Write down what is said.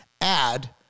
add